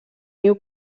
niu